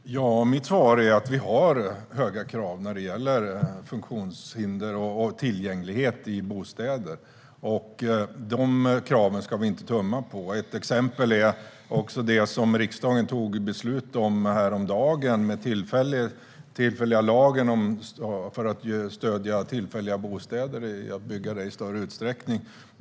Fru talman! Mitt svar är att vi har höga krav när det gäller tillgänglighet i bostäder, och dessa krav ska vi inte tumma på. Ett exempel är den lag som riksdagen fattade beslut om häromdagen för att stödja att tillfälliga bostäder byggs i större utsträckning.